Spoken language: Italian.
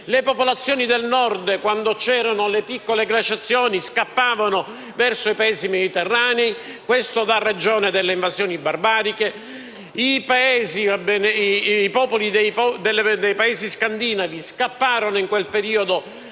Le popolazioni del Nord, quando c'erano le piccole glaciazioni, scappavano verso i Paesi mediterranei: questo dà ragione delle invasioni barbariche. I popoli dei Paesi scandinavi scapparono in quel periodo